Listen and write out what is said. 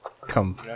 Come